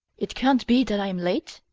it can't be that i am late?